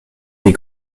des